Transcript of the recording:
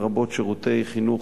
לרבות שירותי חינוך,